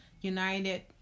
United